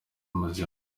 muzima